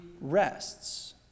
rests